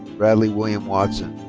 bradley william watson.